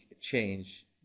change